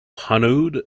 hanaud